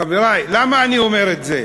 חברי, למה אני אומר את זה?